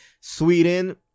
Sweden